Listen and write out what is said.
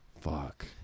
Fuck